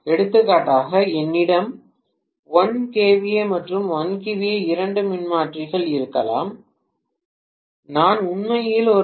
எடுத்துக்காட்டாக என்னிடம் 1 kVA மற்றும் 1 kVA இரண்டு மின்மாற்றிகள் இருக்கலாம் நான் உண்மையில் ஒரு சுமைக்கு 1